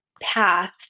path